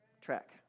track